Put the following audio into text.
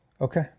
okay